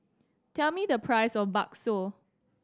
tell me the price of bakso